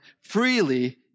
freely